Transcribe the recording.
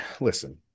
listen